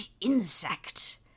insect